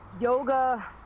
yoga